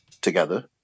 together